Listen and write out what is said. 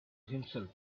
himself